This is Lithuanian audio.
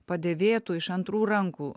padėvėtų iš antrų rankų